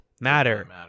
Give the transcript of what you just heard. Matter